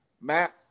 Matt